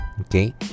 Okay